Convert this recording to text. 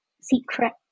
secret